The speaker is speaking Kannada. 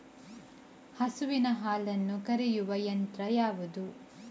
ಹಸುವಿನ ಹಾಲನ್ನು ಕರೆಯುವ ಯಂತ್ರ ಯಾವುದು?